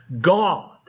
God